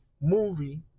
movie